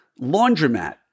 laundromat